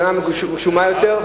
לשנה גשומה יותר,